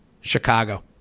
Chicago